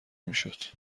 میشد